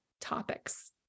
topics